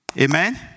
Amen